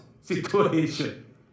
situation